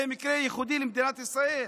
זה מקרה ייחודי למדינת ישראל,